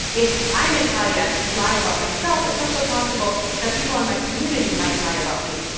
if i natalia lie about myself, it's also possible that people in my community might lie about me.